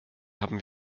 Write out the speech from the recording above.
haben